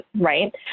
Right